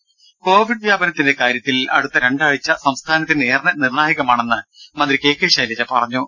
ടെട്ട Covid വ്യാപനത്തിന്റെ കാര്യത്തിൽ അടുത്ത രണ്ടാഴ്ച സംസ്ഥാനത്തിന് ഏറെ നിർണായകമെന്ന് മന്ത്രി കെ കെ ശൈലജ പറഞ്ഞു